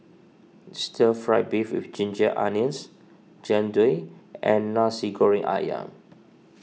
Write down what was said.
Stir Fry Beef with Ginger Onions Jian Dui and Nasi Goreng Ayam